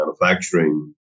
manufacturing